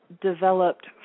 developed